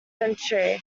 century